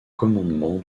commandement